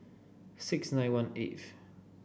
six nine one eighth